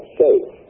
safe